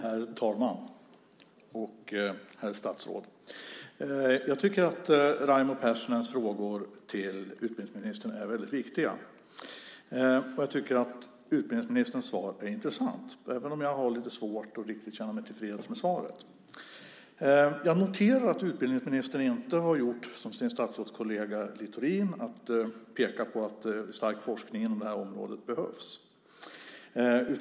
Herr talman! Herr statsråd! Jag tycker att Raimo Pärssinens frågor till utbildningsministern är väldigt viktiga, och jag tycker att utbildningsministerns svar är intressant även om jag har svårt att känna mig riktigt tillfreds med svaret. Jag noterar att utbildningsministern inte har gjort som sin statsrådskollega Littorin och pekat på att stark forskning inom det här området behövs.